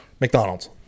McDonald's